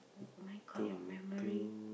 oh my god your memory